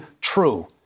true